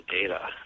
data